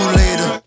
later